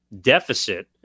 deficit